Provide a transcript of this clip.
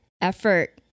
effort